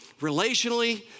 relationally